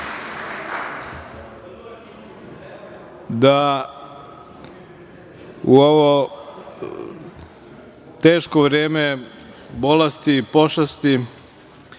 da u ovo teško vreme bolesti, pošasti,